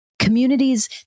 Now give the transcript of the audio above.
communities